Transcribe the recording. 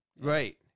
Right